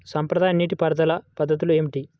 సాంప్రదాయ నీటి పారుదల పద్ధతులు ఏమిటి?